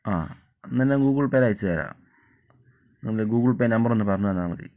ആ എന്നാൽ ഞാൻ ഗൂഗിൾ പേയിൽ അയച്ചു തരാം നിങ്ങടെ ഗൂഗിൾ പേ നമ്പർ ഒന്ന് പറഞ്ഞു തന്നാൽ മതി